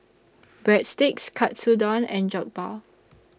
Breadsticks Katsudon and Jokbal